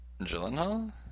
Gyllenhaal